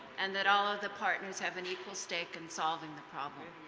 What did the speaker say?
and that all of the partners have an equal stake in solving the problem.